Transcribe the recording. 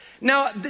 Now